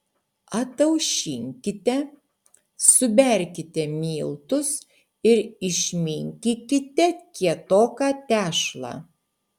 ataušinkite suberkite miltus ir išminkykite kietoką tešlą